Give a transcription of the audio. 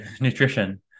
nutrition